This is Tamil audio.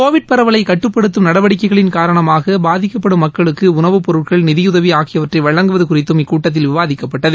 கோவிட் பரவலைக் கட்டுப்படுத்தம் நடவடிக்கைகளின் காரணமாக பாதிக்கப்படும் மக்களுக்கு உணவுப் பொருட்கள் நிதியுதவி ஆகியவற்றை வழங்குவது குறித்தும் இக்கூட்டத்தில் விவாதிக்கப்பட்டது